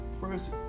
first